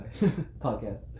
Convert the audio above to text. podcast